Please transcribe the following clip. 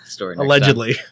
Allegedly